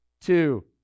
Two